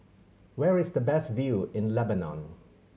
where is the best view in Lebanon